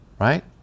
right